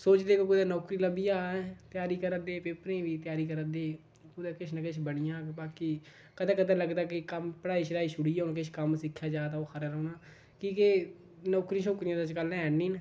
सोचदे कि कुसै नौकरी लब्भी जा त्यारी करै दे पेपरें दी बी पेपरें दी बी त्यारी करै दे कुतै किश न किश बनी जा बाकी कदें कदें लगदा कि कम्म पढ़ाई शड़ाई छुड़ियै हून किश कम्म सिक्खेआ जा तां ओह् खरा रौह्ना कि के नौकरी छोकरियां ते अजकल ऐ निं